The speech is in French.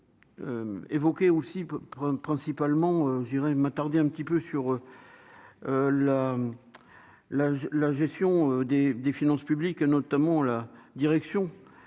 je voudrais évoquer aussi principalement je dirais m'attarder un petit peu sur la la la gestion des des finances publiques, notamment la direction